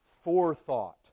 Forethought